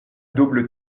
double